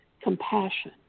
Compassion